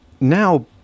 now